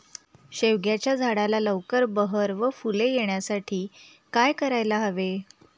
शेवग्याच्या झाडाला लवकर बहर व फूले येण्यासाठी काय करायला हवे?